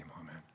amen